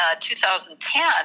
2010